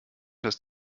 dass